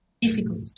difficult